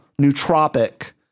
nootropic